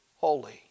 holy